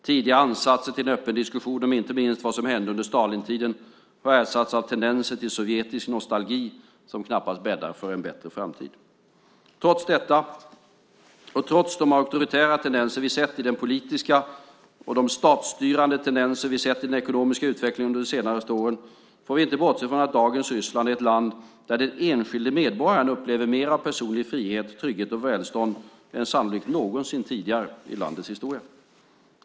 Tidigare ansatser till en öppen diskussion om inte minst vad som hände under Stalintiden har ersatts av tendenser till sovjetisk nostalgi som knappast bäddar för en bättre framtid. Trots detta - och trots de auktoritära tendenser vi sett i den politiska och de statsstyrande tendenser vi sett i den ekonomiska utvecklingen under de senaste åren - får vi inte bortse från att dagens Ryssland är ett land där den enskilde medborgaren upplever mer av personlig frihet, trygghet och välstånd än sannolikt någonsin tidigare i landets historia.